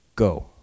go